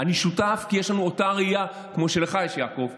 אני שותף כי יש לנו אותה ראייה כמו שיש לך, יעקב,